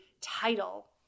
title